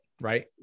Right